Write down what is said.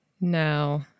No